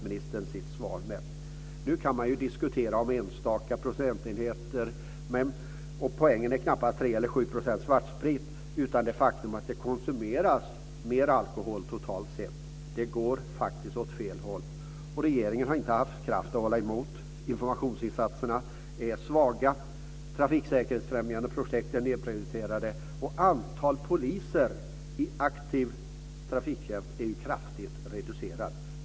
Man kan diskutera enstaka procentenheter. Poängen är knappast om det är 3 eller 7 % svartsprit, utan det faktum att det konsumeras mer alkohol totalt sett. Utvecklingen går faktiskt åt fel håll, och regeringen har inte haft kraft att hålla emot. Informationsinsatserna är svaga. Trafiksäkerhetsfrämjande projekt är nedprioriterade. Dessutom är antalet poliser i aktiv trafiktjänst kraftigt reducerat.